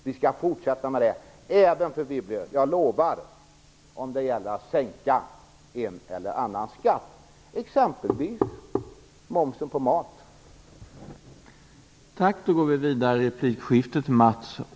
Vi skall fortsätta med det, även om det gäller att sänka en eller annan skatt, exempelvis momsen på mat - det lovar jag fru Wibble.